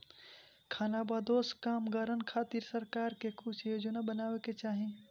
खानाबदोश कामगारन खातिर सरकार के कुछ योजना बनावे के चाही